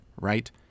right